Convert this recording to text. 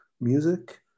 music